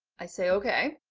i see. okay.